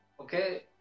Okay